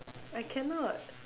I cannot